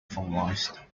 formalized